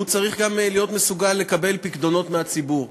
הוא צריך גם להיות מסוגל לקבל פיקדונות מהציבור.